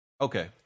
Okay